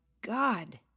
god